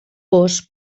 gos